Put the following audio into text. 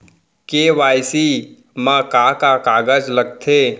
KYC मा का का कागज लगथे?